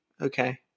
okay